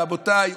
רבותיי,